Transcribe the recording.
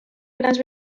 grans